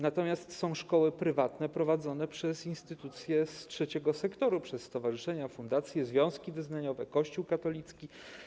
Natomiast są szkoły prywatne prowadzone przez instytucje z trzeciego sektora, przez stowarzyszenia, fundacje, związki wyznaniowe, Kościół katolicki.